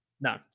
No